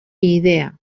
idea